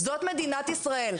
זאת מדינת ישראל.